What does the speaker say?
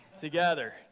together